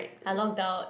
I logged out